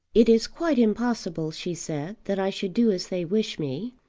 it is quite impossible, she said, that i should do as they wish me.